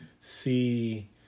see